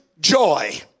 joy